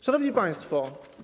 Szanowni Państwo!